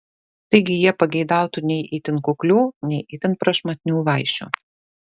taigi jie pageidautų nei itin kuklių nei itin prašmatnių vaišių